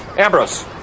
Ambrose